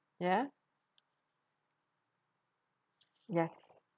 ya yes